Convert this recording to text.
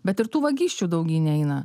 bet ir tų vagysčių daugyn eina